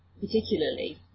particularly